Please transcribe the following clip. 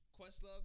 Questlove